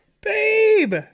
babe